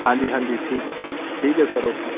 ਹਾਂਜੀ ਹਾਂਜੀ ਠੀਕ ਠੀਕ ਹੈ ਸਰ ਓਕੇ